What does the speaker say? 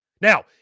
Now